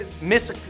Miss